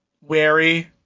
wary